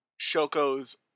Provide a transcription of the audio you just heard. Shoko's